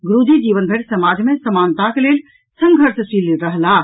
गुरूजी जीवन भरि समाज मे समानताक लेल संघषशील रहलाह